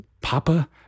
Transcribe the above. Papa